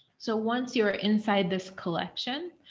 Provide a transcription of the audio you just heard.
so, once you're inside this collection.